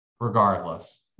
regardless